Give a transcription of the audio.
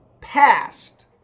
past